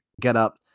getup